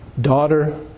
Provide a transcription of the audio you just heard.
daughter